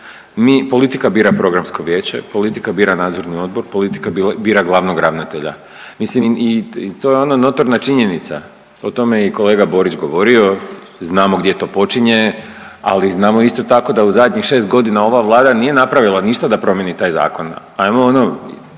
Mi, politika bira programsko vijeće, politika bira nadzorni odbor, politika bira glavnog ravnatelja. Mislim i to je ono notorna činjenica. O tome je kolega Borić govorio, znamo gdje to počinje, ali znamo isto tako da u zadnjih 6 godina ova Vlada nije napravila ništa da promjeni taj zakon, ajmo ono